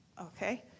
okay